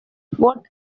what